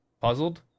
Puzzled